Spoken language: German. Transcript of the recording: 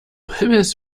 himmels